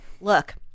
look